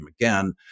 again